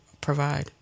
provide